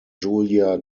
julia